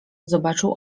zobaczył